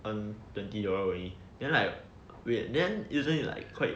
earn twenty dollars only then like wait then isn't it like quite